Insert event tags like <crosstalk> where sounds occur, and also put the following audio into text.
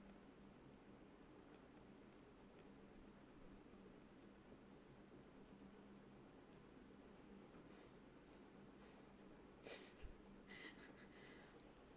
<laughs>